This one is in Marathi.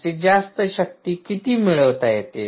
जास्तीत जास्त शक्ती किती मिळविता येते